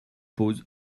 pose